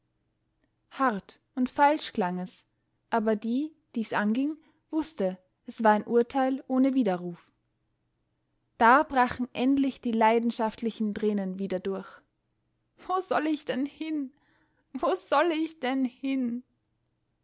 hart und falsch klang es aber die die's anging wußte es war ein urteil ohne widerruf da brachen endlich die leidenschaftlichen tränen wieder durch wo soll ich denn hin wo soll ich denn hin